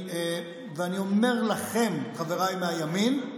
ואני אומר לכם, חבריי מהימין,